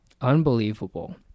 unbelievable